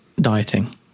dieting